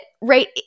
right